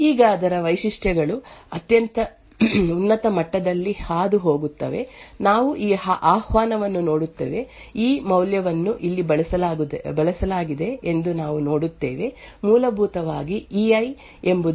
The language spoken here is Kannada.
ಈಗ ಅದರ ವೈಶಿಷ್ಟ್ಯಗಳು ಅತ್ಯಂತ ಉನ್ನತ ಮಟ್ಟದಲ್ಲಿ ಹಾದು ಹೋಗುತ್ತವೆ ನಾವು ಈ ಆಹ್ವಾನವನ್ನು ನೋಡುತ್ತೇವೆ ಇ ಮೌಲ್ಯವನ್ನು ಇಲ್ಲಿ ಬಳಸಲಾಗಿದೆ ಎಂದು ನಾವು ನೋಡುತ್ತೇವೆ ಮೂಲಭೂತವಾಗಿ ಇಐ ಎಂಬುದು ಇ ನಲ್ಲಿ ಐ ಇರುವುದನ್ನು ಸೂಚಿಸುತ್ತದೆ